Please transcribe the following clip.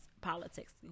politics